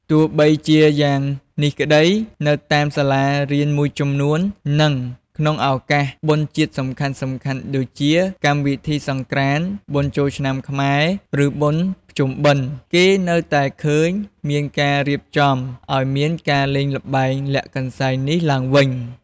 ទោះបីជាយ៉ាងនេះក្តី នៅតាមសាលារៀនមួយចំនួន និងក្នុងឱកាសបុណ្យជាតិសំខាន់ៗដូចជា កម្មវិធីសង្ក្រាន្ត បុណ្យចូលឆ្នាំខ្មែរ ឬបុណ្យភ្ជុំបិណ្ឌ គេនៅតែឃើញមានការរៀបចំឱ្យមានការលេងល្បែងលាក់កន្សែងនេះឡើងវិញ។